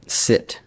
sit